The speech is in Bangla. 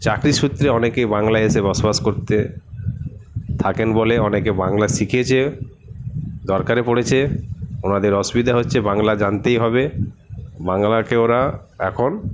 চাকরি সূত্রে অনেকেই বাংলায় এসে বসবাস করতে থাকেন বলে অনেকে বাংলা শিখেছে দরকারে পড়েছে ওঁদের অসুবিধা হচ্ছে বাংলা জানতেই হবে বাংলাকে ওরা এখন